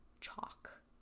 chalk